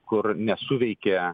kur nesuveikė